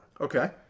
Okay